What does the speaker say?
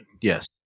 Yes